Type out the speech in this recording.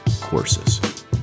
courses